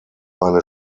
eine